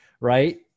right